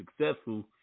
successful